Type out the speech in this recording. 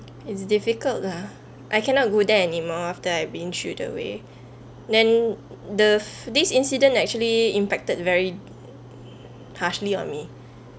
it's difficult lah I cannot go there anymore after I've been shoot away then the this incident actually impacted very harshly on me